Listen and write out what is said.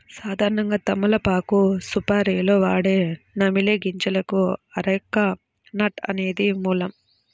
సాధారణంగా తమలపాకు సుపారీలో వాడే నమిలే గింజలకు అరెక నట్ అనేది మూలం